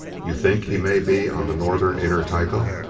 you think he may be on the northern inner tycho?